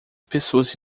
pessoas